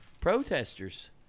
protesters